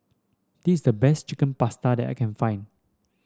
this is the best Chicken Pasta that I can find